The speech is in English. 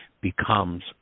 becomes